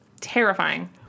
terrifying